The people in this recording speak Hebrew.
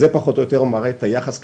זה פחות או יותר מראה את היחס כלפינו.